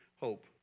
hope